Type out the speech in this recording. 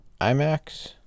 IMAX